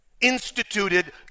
instituted